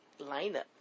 lineup